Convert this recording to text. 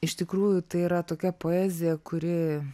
iš tikrųjų tai yra tokia poezija kuri